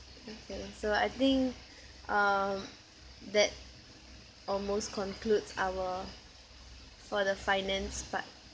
okay so I think um that almost concludes our for the finance part